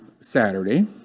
Saturday